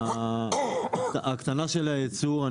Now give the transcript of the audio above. לגבי ההקטנה של היצור,